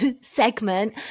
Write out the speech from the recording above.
segment